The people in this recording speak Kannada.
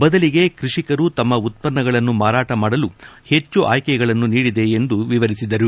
ಬದಲಿಗೆ ಕೃಷಿಕರು ತಮ್ಮ ಉತ್ತನ್ನಗಳನ್ನು ಮಾರಾಟ ಮಾಡಲು ಹೆಚ್ಚು ಆಯ್ಲೆಗಳನ್ನು ನೀಡಿದೆ ಎಂದು ವಿವರಿಸಿದರು